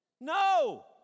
No